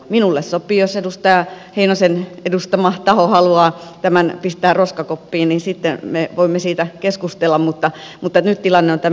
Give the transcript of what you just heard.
minulle sopii että jos edustaja heinosen edustama taho haluaa tämän pistää roskakoppaan niin sitten me voimme siitä keskustella mutta nyt tilanne on tämä